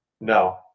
no